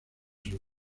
sus